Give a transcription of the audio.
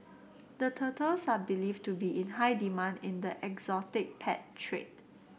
the turtles are believed to be in high demand in the exotic pet trade